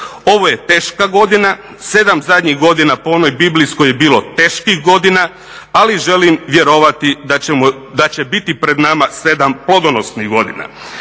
Ovo je teška godina. 7 zadnjih godina po onoj biblijskoj je bilo teških godina, ali želim vjerovati da će biti pred nama 7 plodonosnih godina.